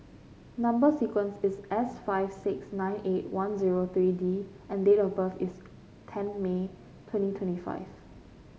number sequence is S five six nine eight one zero three D and date of birth is ten May twenty twenty five